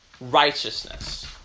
Righteousness